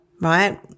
right